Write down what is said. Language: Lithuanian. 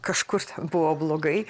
kažkur buvo blogai